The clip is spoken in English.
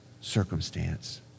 circumstance